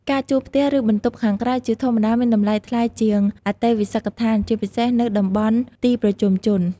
ការជួលផ្ទះ ឬបន្ទប់ខាងក្រៅជាធម្មតាមានតម្លៃថ្លៃជាងអន្តេវាសិកដ្ឋាន ជាពិសេសនៅតំបន់ទីប្រជុំជន។